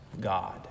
God